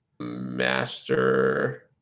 Master